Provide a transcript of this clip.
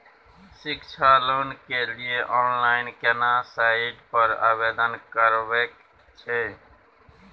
शिक्षा लोन के लिए ऑनलाइन केना साइट पर आवेदन करबैक छै?